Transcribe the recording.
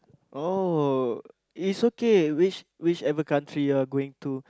oh is okay which which ever country you're going to